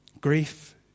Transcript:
Grief